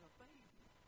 baby